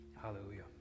Hallelujah